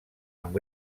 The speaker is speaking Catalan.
amb